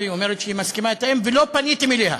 והיא אומרת שהיא מסכימה לתאם ולא פניתם אליה.